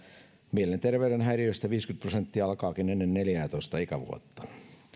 mielenterveyden häiriöistä viisikymmentä prosenttia alkaakin ennen neljästoista ikävuotta